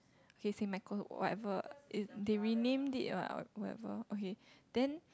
K Saint-Michael whatever they they renamed it what whatever okay then